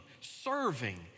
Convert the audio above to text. serving